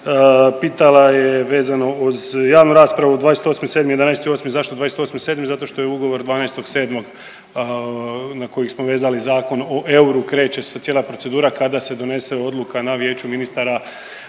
Pitala je vezano uz javnu raspravu 28.7., 11.8. zašto 28.7. zato što je ugovor 12.7. na kojeg smo vezali Zakon o euru kreće se cijela procedura kada se donese odluka na vijeću ministara